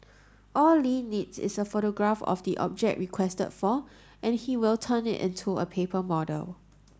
all Li needs is a photograph of the object requested for and he will turn it into a paper model